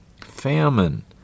Famine